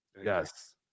Yes